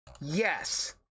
Yes